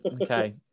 okay